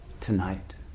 tonight